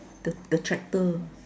the the tractor